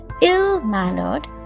ill-mannered